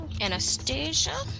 Anastasia